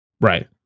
Right